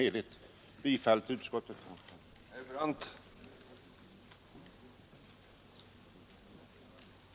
Jag yrkar bifall till utskottets hemställan.